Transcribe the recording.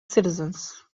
citizens